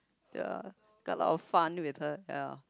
ya there're a lot fun with her ya